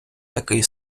такий